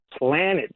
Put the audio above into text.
planet